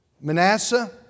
Manasseh